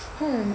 hmm